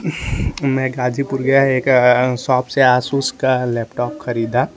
मैं गाजीपुर गया और शॉप से एक आसुस का लैपटॉप खरीदा